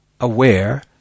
aware